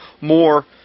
more